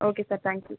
okay sir thank you